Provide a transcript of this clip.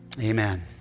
Amen